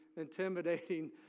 intimidating